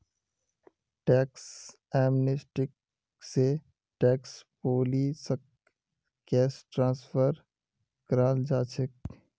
tax amnesty स tax पुलिसक case transfer कराल जा छेक